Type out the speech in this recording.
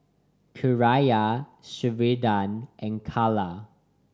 Kierra Sheridan and Kala